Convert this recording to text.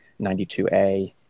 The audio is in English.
92A